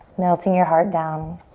melting your heart down.